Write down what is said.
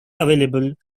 available